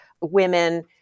women